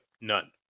none